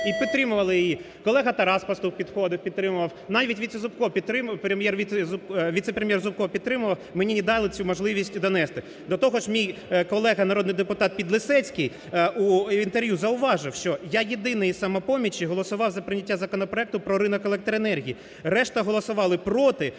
і підтримували її, колега Тарас Пастух підходив і підтримував, навіть віце-прем'єр Зубко підтримував, а мені не дали цю можливість донести. До того ж, мій колега народний депутат Підлісецький у інтерв'ю зауважив, що я єдиний із "Самопомочі" голосував за прийняття законопроекту про ринок електроенергії, решта голосували проти,